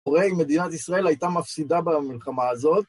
הרי מדינת ישראל הייתה מפסידה במלחמה הזאת.